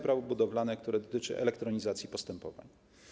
Prawo budowlane, która dotyczy elektronizacji postępowań.